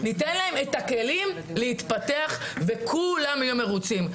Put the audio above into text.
ניתן להם את הכלים להתפתח וכולם יהיו מרוצים.